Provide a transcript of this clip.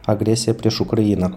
agresija prieš ukrainą